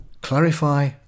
Clarify